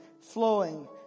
flowing